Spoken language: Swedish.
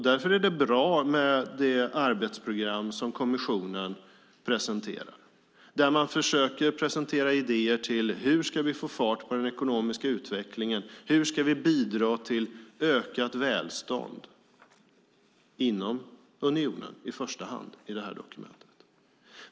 Därför är det bra med det arbetsprogram som kommissionen presenterar där man försöker presentera idéer till hur vi ska få fart på den ekonomiska utvecklingen och hur vi ska bidra till ökat välstånd inom unionen i första hand i detta dokument.